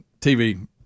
TV